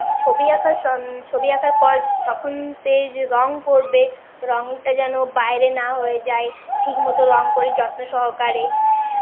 ছবি আঁকার সং ছবির আঁকার পর তখন সে যে রঙ করবে রঙটা যেন বাইরে না হয়ে যায় ঠিকমতো রঙ করে যত্ন সহকারে